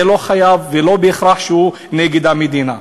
לא חייב ולא בהכרח שהוא נגד המדינה.